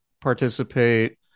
participate